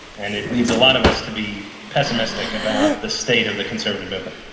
and it leads a lot of us to be pessimistic about the state of the conservative movement.